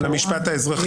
למשפט האזרחי.